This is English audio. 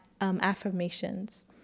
affirmations